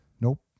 Nope